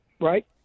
right